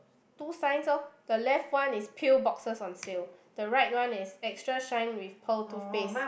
two signs orh the left one is pill boxes on sale the right one is extra shine with pearl toothpaste